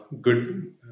good